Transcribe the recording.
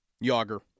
Yager